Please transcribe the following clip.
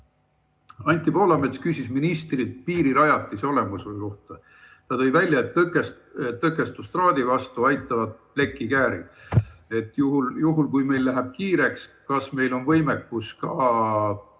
Anti Poolamets küsis ministrilt piirirajatise olemasolu kohta. Ta tõi välja, et tõkestustraadi vastu aitavad plekikäärid. Juhul kui meil läheb kiireks, kas meil on võimekus ka